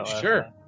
Sure